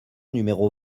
numéro